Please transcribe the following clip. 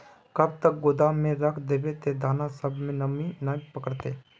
कब तक गोदाम में रख देबे जे दाना सब में नमी नय पकड़ते?